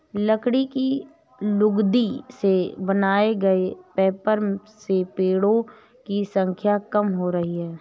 लकड़ी की लुगदी से बनाए गए पेपर से पेङो की संख्या कम हो रही है